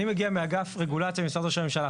אני מגיע מאגף רגולציה ממשרד ראש הממשלה.